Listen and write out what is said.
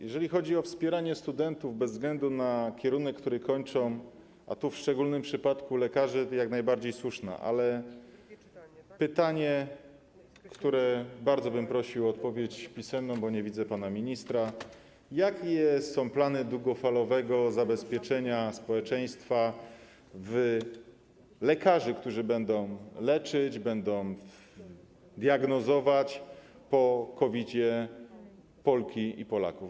Jeżeli chodzi o wspieranie studentów bez względu na kierunek, który kończą, a tu w szczególnym przypadku lekarzy, to jak najbardziej jest to słuszne, ale pytanie, na które bardzo bym prosił o odpowiedź pisemną, bo nie widzę pana ministra, brzmi: Jakie są plany długofalowego zabezpieczenia społeczeństwa w lekarzy, którzy będą leczyć, będą diagnozować Polki i Polaków po COVID-zie?